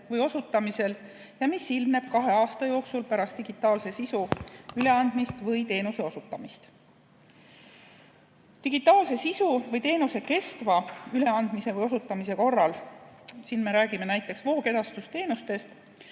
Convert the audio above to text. või osutamisel ja mis ilmneb kahe aasta jooksul pärast digitaalse sisu üleandmist või teenuse osutamist. Digitaalse sisu või teenuse kestva üleandmise või osutamise korral – siin me räägime näiteks voogedastusteenustest